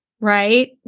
Right